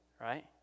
right